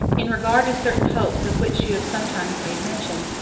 in regard to certain hopes of which you have sometimes made mention,